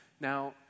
Now